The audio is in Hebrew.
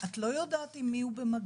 את לא יודעת עם מי הוא במגע,